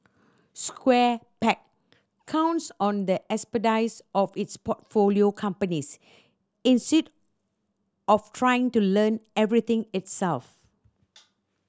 Square Peg counts on the expertise of its portfolio companies instead of trying to learn everything itself